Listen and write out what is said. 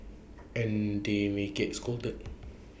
and they may get scolded